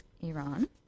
Iran